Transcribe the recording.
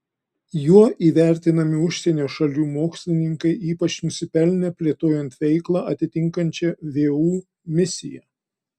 juo įvertinami užsienio šalių mokslininkai ypač nusipelnę plėtojant veiklą atitinkančią vu misiją